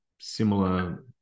Similar